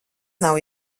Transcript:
nav